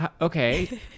Okay